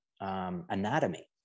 anatomy